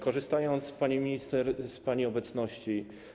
Korzystam, pani minister, z pani obecności.